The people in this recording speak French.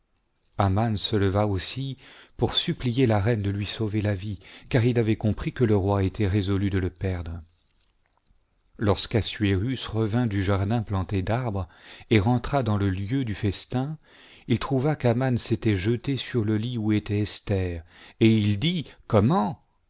se leva aussi pour supplier la reine esther de lui sauver la vie car il avait compris que le roi était résolu de le perdre lorsque suer revint du jardin planté d'arbres et rentra dans le lieu du festin il trouva qu'aman s'était jeté sur le lit où était esther et il dit comment